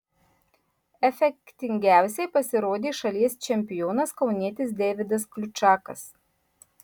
efektingiausiai pasirodė šalies čempionas kaunietis deividas kliučakas